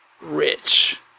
rich